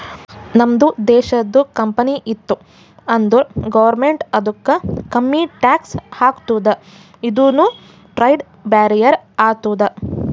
ನಮ್ದು ದೇಶದು ಕಂಪನಿ ಇತ್ತು ಅಂದುರ್ ಗೌರ್ಮೆಂಟ್ ಅದುಕ್ಕ ಕಮ್ಮಿ ಟ್ಯಾಕ್ಸ್ ಹಾಕ್ತುದ ಇದುನು ಟ್ರೇಡ್ ಬ್ಯಾರಿಯರ್ ಆತ್ತುದ